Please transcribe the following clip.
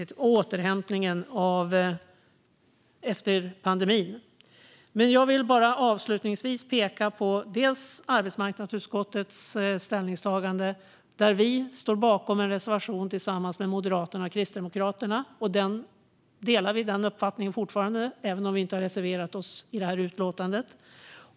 Det är naturligtvis oerhört viktigt. Jag vill avslutningsvis peka på arbetsmarknadsutskottets ställningstagande. Vi står bakom en reservation där tillsammans med Moderaterna och Kristdemokraterna. Vi delar fortfarande den uppfattningen även om vi inte har reserverat oss i detta utlåtande.